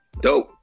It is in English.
dope